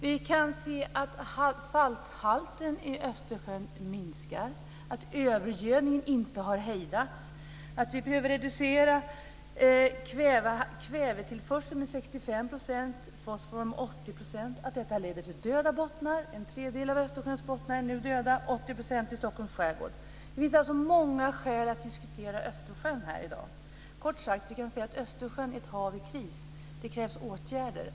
Vi kan se att salthalten i Östersjön minskar, att övergödningen inte har hejdats, att vi behöver reducera kvävetillförseln med 65 % och fosfortillförseln med 80 % och att detta leder till döda bottnar. En tredjedel av Östersjöns bottnar är nu döda. I Stockholms skärgård är det 80 %. Det finns alltså många skäl att diskutera Östersjön här i dag. Kort sagt kan vi säga att Östersjön är ett hav i kris.